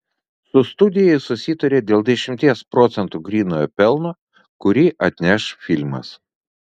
su studija jis susitarė dėl dešimties procentų grynojo pelno kurį atneš filmas